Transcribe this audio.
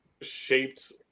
shaped